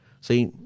See